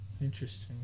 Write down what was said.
Interesting